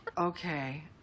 okay